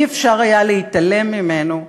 שלא היה אפשר להתעלם ממנו,